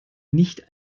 nicht